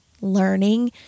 learning